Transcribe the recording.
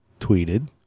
tweeted